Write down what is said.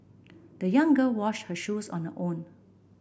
the young girl washed her shoes on her own